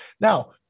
Now